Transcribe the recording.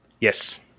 Yes